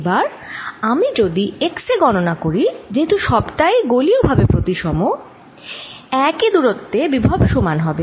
এবার আমি যদি x এ গণনা করি যেহেতু সবটাই গোলীয় প্রতিসম একই দূরত্বে বিভব সমান হবে